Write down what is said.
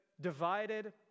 divided